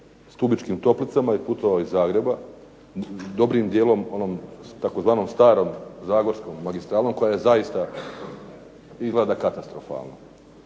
Stubičkim toplicama i putovao iz Zagreba. Dobrim dijelom onom tzv. Starom zagorskom magistralom koja zaista izgleda katastrofalno,